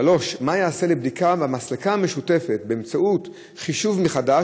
3. מה ייעשה לבדיקה במסלקה המשותפת באמצעות חישוב מחדש,